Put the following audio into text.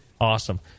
awesome